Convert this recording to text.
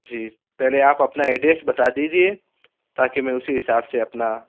جی پہلے آپ اپنا ایڈریس بتا دیجیے تا کہ میں اسی حساب سے اپنا